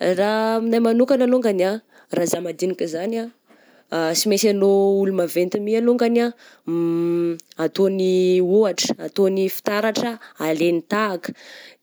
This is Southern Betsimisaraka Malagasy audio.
Raha aminay manokana longany ah raha aza madinika zany ah sy maisy anao olo maventy my alongany ah ataony ohatra, ataony fitaratra alaigny tahaka,